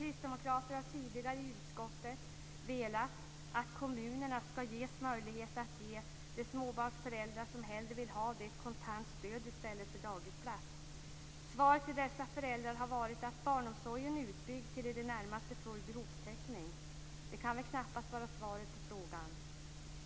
Vi kristdemokrater har tidigare i utskottet velat att kommunerna skall ges möjlighet att ge småbarnsföräldrar som hellre vill ha det ett kontant stöd i stället för dagisplats. Svaret till dessa föräldrar har varit att barnomsorgen är utbyggd till i det närmaste full behovstäckning. Det kan väl knappast vara svaret på frågan?